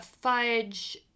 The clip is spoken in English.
Fudge